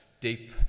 deep